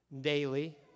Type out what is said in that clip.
daily